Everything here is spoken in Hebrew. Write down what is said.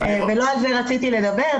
ולא על זה רציתי לדבר.